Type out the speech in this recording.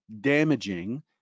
damaging